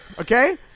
Okay